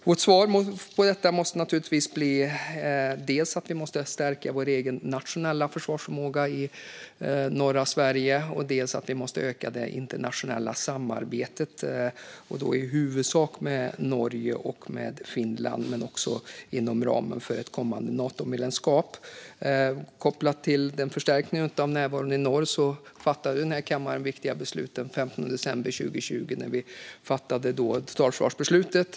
Vårt svar på detta måste naturligtvis bli dels att stärka vår egen nationella försvarsförmåga i norra Sverige, dels att öka det internationella samarbetet, i huvudsak med Norge och Finland men också inom ramen för ett kommande Natomedlemskap. Kopplat till förstärkningen av närvaron i norr fattade denna kammare ett viktigt beslut den 15 december 2020, nämligen totalförsvarsbeslutet.